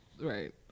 Right